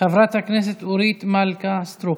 חברת הכנסת אורית מלכה סטרוק.